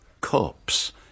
corpse